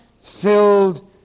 filled